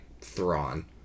thrawn